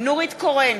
נורית קורן,